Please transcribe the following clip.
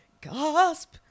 gasp